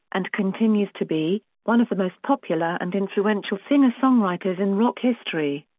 and continues to be, one of the most popular and influential singer-songwriters in rock history.